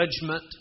judgment